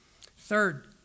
Third